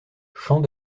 champs